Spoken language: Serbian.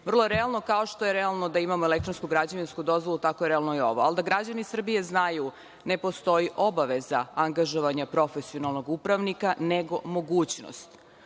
je realno, kao što je realno da imamo elektronsku građevinsku dozvolu, tako je realno i ovo. Ali, građani Srbije znaju ne postoji obaveza angažovanja profesionalnog upravnika, nego mogućnost